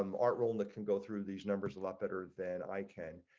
um are only can go through these numbers a lot better than i can.